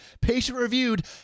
patient-reviewed